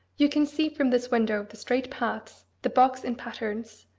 you can see from this window the straight paths, the box in patterns,